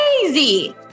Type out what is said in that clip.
crazy